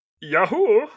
Yahoo